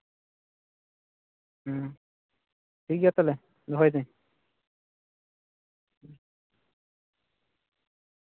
ᱦᱩᱸ ᱴᱷᱤᱠᱜᱮᱭᱟ ᱛᱟᱦᱞᱮ ᱫᱚᱦᱚᱭᱫᱟᱹᱧ